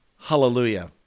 Hallelujah